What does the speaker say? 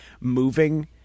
moving